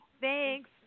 Thanks